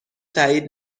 تأیید